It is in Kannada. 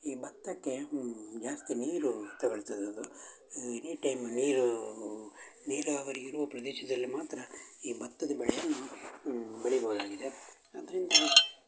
ಈ ಬತ್ತಕ್ಕೆ ಜಾಸ್ತಿ ನೀರೂ ತಗೋಳ್ತದ್ ಅದು ಎನಿಟೈಮ್ ನೀರೂ ನೀರಾವರಿ ಇರುವ ಪ್ರದೇಶದಲ್ಲಿ ಮಾತ್ರ ಈ ಬತ್ತದ ಬೆಳೆಯನ್ನು ಬೆಳಿಬೋದಾಗಿದೆ ಆದ್ದರಿಂದ